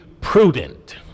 prudent